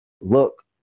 look